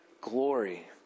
glory